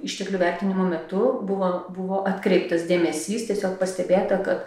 išteklių vertinimo metu buvo buvo atkreiptas dėmesys tiesiog pastebėta kad